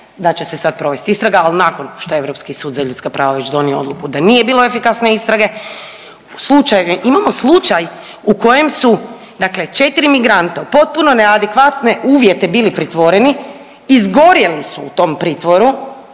da će se sad provest istraga, al nakon što je Europski sud za ljudska prava već donio odluku da nije bilo efikasne istrage, u slučajevi…, imamo slučaj u kojem su dakle 4 migranta u potpuno neadekvatne uvjete bili pritvoreni, izgorjeli su u tom pritvoru,